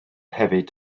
hefyd